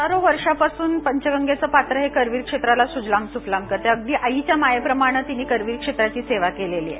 हजारोवर्षांपासून पंचगंगेचं पात्र हे करवीर क्षेत्राला सुजलाम सुफलाम करत याहे यगदी आईच्या मायेप्रमाणे तीनं करवीर क्षेत्राची सेवा केली आहे